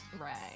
Right